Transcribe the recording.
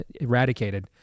eradicated